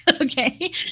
Okay